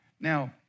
Now